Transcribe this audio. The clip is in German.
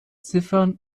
ziffern